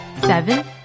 Seven